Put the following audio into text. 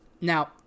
Now